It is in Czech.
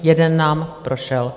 Jeden nám prošel.